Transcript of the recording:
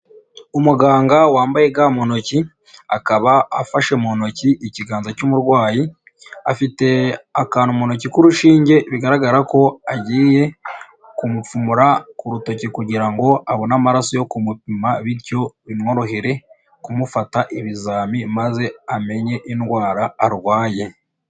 Umuganga wambaye ga mu ntoki, akaba afashe mu ntoki ikiganza cy'umurwayi, afite akantu mu ntoki k'urushinge, bigaragara ko agiye kumupfumura ku rutoki, kugira ngo abone amaraso yo kumupima, bityo bimworohere kumufata ibizami maze amenye indwara arwaye.